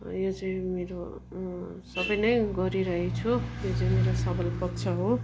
यो चाहिँ मेरो सबै नै गरिरहेछु यो चाहिँ मेरो सबल पक्ष हो